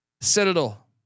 Citadel